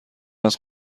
است